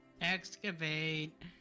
excavate